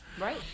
Right